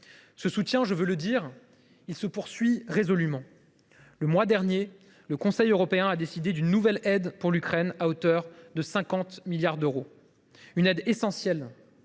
Ce soutien, je veux le dire, se poursuit résolument. Le mois dernier, le Conseil européen a décidé d’une nouvelle aide pour l’Ukraine, à hauteur de 50 milliards d’euros. Ce soutien, essentiel,